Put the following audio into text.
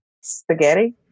spaghetti